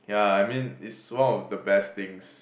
yeah I mean it's one of the best things